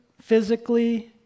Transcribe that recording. physically